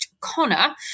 Connor